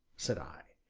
said i.